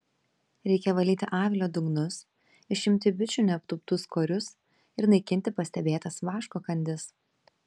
reikia valyti avilio dugnus išimti bičių neaptūptus korius ir naikinti pastebėtas vaško kandis